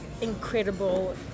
incredible